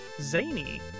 zany